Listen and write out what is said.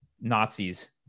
Nazis